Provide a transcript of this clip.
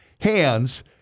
hands